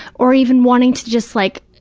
or even wanting to just like,